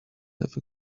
have